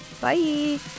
Bye